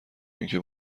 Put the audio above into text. اینکه